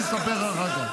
אני אספר לך אחר כך.